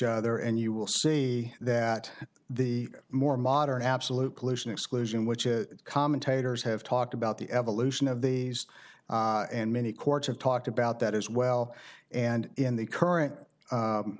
other and you will see that the more modern absolute pollution exclusion which is commentators have talked about the evolution of these and many courts have talked about that as well and in the current